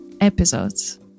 episodes